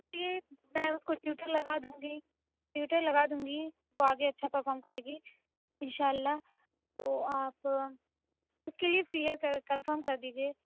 جی میں اُس کو ٹیوٹر لگا دوں گی ٹیوٹر لگا دوں گی وہ آگے اچھا پرفام کرے گی اِنشاء اللہ تو آپ اُس کی لیو کلیئر کر کنفرم کر دیجئے